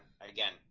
again